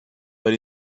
but